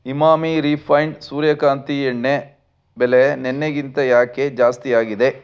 Emami refined ಸೂರ್ಯಕಾಂತಿ ಎಣ್ಣೆ ಬೆಲೆ ನೆನ್ನೆಗಿಂತ ಯಾಕೆ ಜಾಸ್ತಿಯಾಗಿದೆ